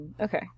okay